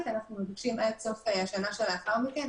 אנחנו מבקשים עד סוף השנה שלאחר מכן,